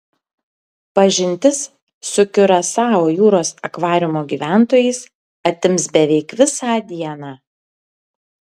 pažintis su kiurasao jūros akvariumo gyventojais atims beveik visą dieną